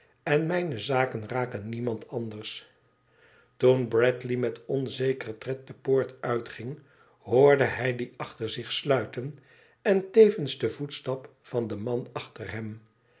en mijne zaken raken niemand anders toen bradley met onzekeren tred de poort uitging hoorde hij die achter zich sluiten en tevens den voetstap van den man achter hem